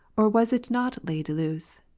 or was it not laid loose?